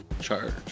charge